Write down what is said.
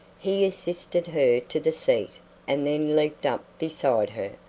he assisted her to the seat and then leaped up beside her.